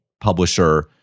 publisher